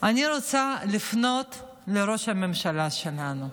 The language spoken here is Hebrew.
אני רוצה לפנות לראש הממשלה שלנו.